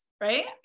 Right